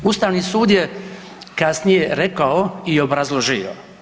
Ustavni sud je kasnije rekao i obrazložio.